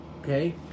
Okay